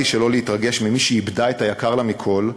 שלא להתרגש ממי שאיבדה את היקר לה מכול,